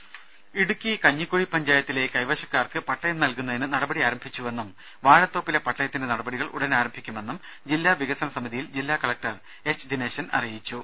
രദേ ഇടുക്കി കഞ്ഞിക്കുഴി പഞ്ചായത്തിലെ കൈവശക്കാർക്ക് പട്ടയം നൽകുന്നതിന് നടപടി ആരംഭിച്ചുവെന്നും വാഴത്തോപ്പിലെ പട്ടയത്തിന്റെ നടപടികൾ ഉടൻ ആരംഭിക്കുമെന്നും ജില്ലാ വികസന സമിതിയിൽ ജില്ലാ കലക്ടർ എച്ച് ദിനേശൻ അറിയിച്ചു